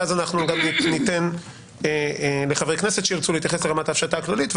ואז אנחנו גם ניתן לחברי כנסת שירצו להתייחס לרמת ההפשטה הכללית,